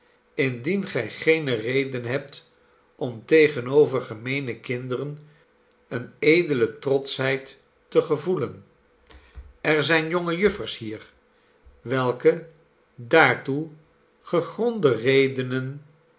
indien gij geene reden hebt om tegenover gemeene kinderen eene edele trotschheid te gevoelen er zijn jonge juffers hier welke daartoe gegronde redenen